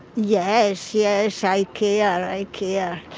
yes. yes. i care. i care.